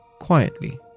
quietly